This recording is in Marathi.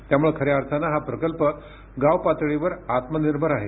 त्यामुळे ख या अर्थाने हा प्रकल्प गाव पातळीवर आत्मनिर्भर आहे